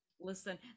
Listen